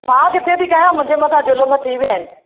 मां किथे थी चाहियां मुंहिंजे मथां ज़ुलम थी विया आहिनि